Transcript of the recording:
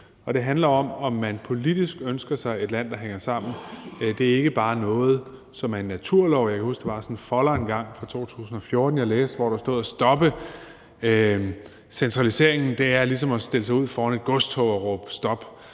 og det handler om, om man politisk ønsker sig et land, der hænger sammen. Det er ikke bare noget, som er en naturlov. Jeg kan huske, at der engang i 2014 var en folder, hvor der stod, at det at stoppe centraliseringen er ligesom at stille sig ud foran et godstog og råbe stop.